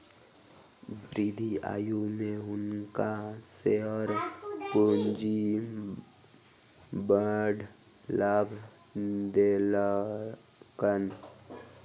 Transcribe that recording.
वृद्ध आयु में हुनका शेयर पूंजी बड़ लाभ देलकैन